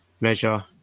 measure